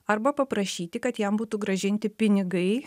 arba paprašyti kad jam būtų grąžinti pinigai